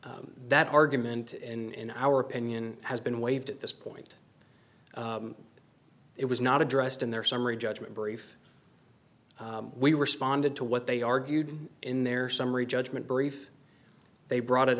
make that argument in our opinion has been waived at this point it was not addressed in their summary judgment brief we responded to what they argued in their summary judgment brief they brought it